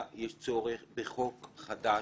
צורך בחוק חדש,